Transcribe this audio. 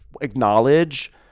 acknowledge